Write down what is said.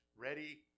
ready